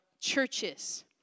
churches